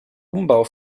umbau